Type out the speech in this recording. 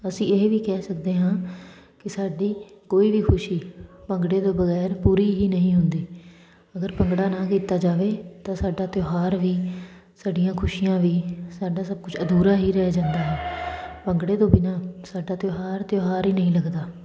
ਅਸੀਂ ਇਹ ਵੀ ਕਹਿ ਸਕਦੇ ਹਾਂ ਕਿ ਸਾਡੀ ਕੋਈ ਵੀ ਖੁਸ਼ੀ ਭੰਗੜੇ ਤੋਂ ਬਗੈਰ ਪੂਰੀ ਹੀ ਨਹੀਂ ਹੁੰਦੀ ਅਗਰ ਭੰਗੜਾ ਨਾ ਕੀਤਾ ਜਾਵੇ ਤਾਂ ਸਾਡਾ ਤਿਉਹਾਰ ਵੀ ਸਾਡੀਆਂ ਖੁਸ਼ੀਆਂ ਵੀ ਸਾਡਾ ਸਭ ਕੁਝ ਅਧੂਰਾ ਹੀ ਰਹਿ ਜਾਂਦਾ ਹੈ ਭੰਗੜੇ ਤੋਂ ਬਿਨਾਂ ਸਾਡਾ ਤਿਉਹਾਰ ਤਿਉਹਾਰ ਹੀ ਨਹੀਂ ਲੱਗਦਾ